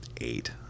eight